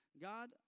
God